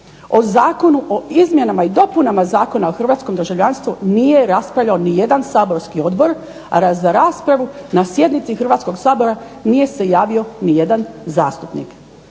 O Zakonu o izmjenama i dopunama Zakona o hrvatskom državljanstvu nije raspravljao ni jedan saborski odbor a za raspravu na sjednici Hrvatskog sabora nije se javio ni jedan zastupnik.